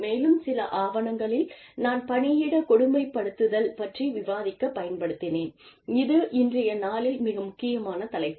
மேலும் சில ஆவணங்களில் நான் பணியிட கொடுமைப்படுத்துதல் பற்றி விவாதிக்கப் பயன்படுத்தினேன் இது இன்றைய நாளில் மிக முக்கியமான தலைப்பு